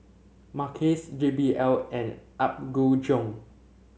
Mackays J B L and Apgujeong